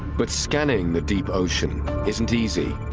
but scanning the deep ocean isn't easy.